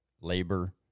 labor